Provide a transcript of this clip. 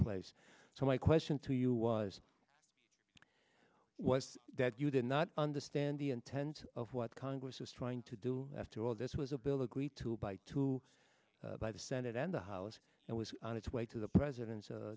place so my question to you was was that you did not understand the intent of what congress is trying to do after all this was a bill agreed to by two by the senate and the house and was on its way to the president's